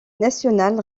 national